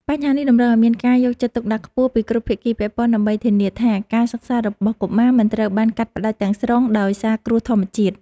បញ្ហានេះតម្រូវឱ្យមានការយកចិត្តទុកដាក់ខ្ពស់ពីគ្រប់ភាគីពាក់ព័ន្ធ ដើម្បីធានាថាការសិក្សារបស់កុមារមិនត្រូវបានកាត់ផ្ដាច់ទាំងស្រុងដោយសារគ្រោះធម្មជាតិ។